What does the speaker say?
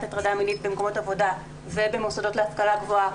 הטרדה מינית במקומות עבודה ובמוסדות להשכלה גבוהה,